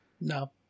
No